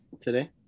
today